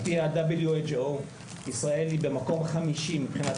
על פי ה-WHO ישראל היא במקום חמישי מבחינת